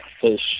fish